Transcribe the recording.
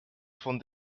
von